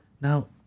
Now